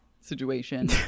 situation